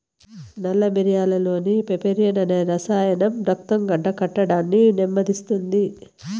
నల్ల మిరియాలులోని పైపెరిన్ అనే రసాయనం రక్తం గడ్డకట్టడాన్ని నెమ్మదిస్తుంది